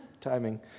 Timing